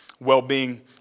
well-being